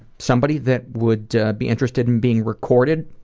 somebody that would be interested in being recorded,